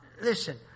listen